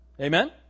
Amen